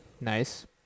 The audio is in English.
Nice